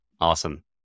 Awesome